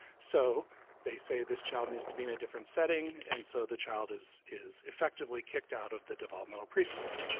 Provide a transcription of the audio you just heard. so they say this child needs to be in a different setting and so the child is is effectively kicked out of the developmental preschool.